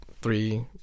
three